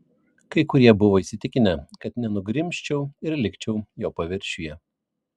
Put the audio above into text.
kai kurie buvo įsitikinę kad nenugrimzčiau ir likčiau jo paviršiuje